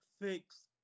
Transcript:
fix